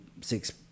six